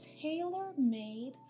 tailor-made